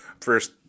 first